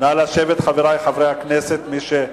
בבקשה, אדוני השר.